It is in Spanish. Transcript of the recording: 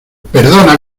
perdona